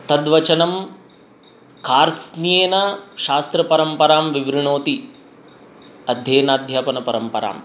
तद् वचनं कार्त्स्नेन शास्त्रपरम्परां विवृणोति अध्ययन अध्यापनपरम्पराम्